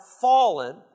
fallen